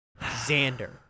Xander